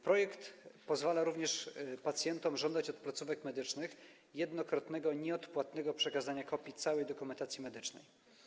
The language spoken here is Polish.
Projekt pozwala również pacjentom żądać od placówek medycznych jednokrotnego nieodpłatnego przekazania kopii całej dokumentacji medycznej.